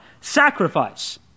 Sacrifice